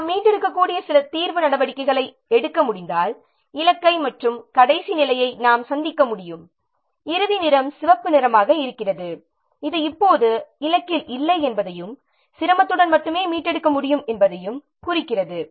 நாம் மீட்டெடுக்கக்கூடிய சில தீர்வு நடவடிக்கைகளை எடுக்க முடிந்தால் இலக்கை மற்றும் கடைசி நிலையை நாம் சந்திக்க முடியும் இறுதி நிறம் சிவப்பு நிறமாக இருக்கிறது இது இப்போது இலக்கில் இல்லை என்பதையும் சிரமத்துடன் மட்டுமே மீட்டெடுக்க முடியும் என்பதையும் குறிக்கிறது